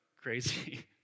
crazy